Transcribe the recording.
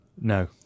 No